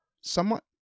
somewhat